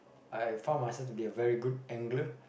I found myself to be a very good angler